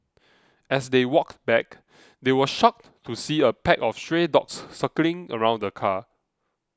as they walked back they were shocked to see a pack of stray dogs circling around the car